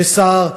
ושר,